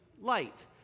light